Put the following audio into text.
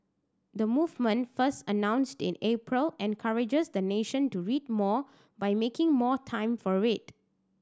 the movement first announced in April encourages the nation to read more by making more time for it